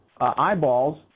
eyeballs